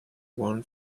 won